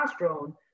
testosterone